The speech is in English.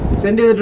sunday